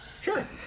Sure